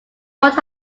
worked